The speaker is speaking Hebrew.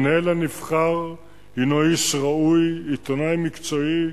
המנהל הנבחר הוא איש ראוי, עיתונאי מקצועי,